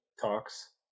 talks